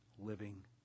living